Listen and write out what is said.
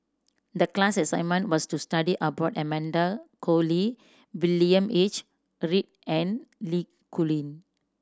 the class assignment was to study about Amanda Koe Lee William H Read and Li Rulin